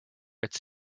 its